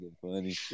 funny